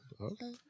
Okay